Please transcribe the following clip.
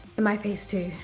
my face too.